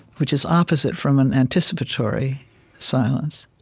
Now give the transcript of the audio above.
which is opposite from an anticipatory silence.